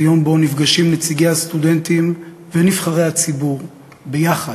זה יום שבו נפגשים נציגי הסטודנטים ונבחרי הציבור ביחד,